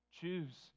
Choose